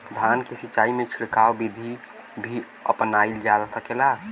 धान के सिचाई में छिड़काव बिधि भी अपनाइल जा सकेला?